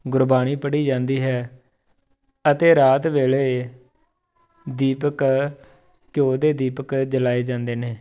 ਗੁਰਬਾਣੀ ਪੜ੍ਹੀ ਜਾਂਦੀ ਹੈ ਅਤੇ ਰਾਤ ਵੇਲੇ ਦੀਪਕ ਘਿਓ ਦੇ ਦੀਪਕ ਜਲਾਏ ਜਾਂਦੇ ਨੇ